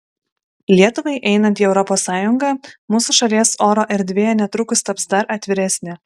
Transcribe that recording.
lietuvai einant į europos sąjungą mūsų šalies oro erdvė netrukus taps dar atviresnė